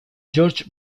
george